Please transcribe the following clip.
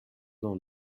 dans